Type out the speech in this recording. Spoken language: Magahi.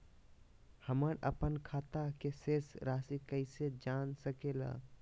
हमर अपन खाता के शेष रासि कैसे जान सके ला?